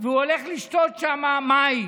והוא הולך לשתות שם מים,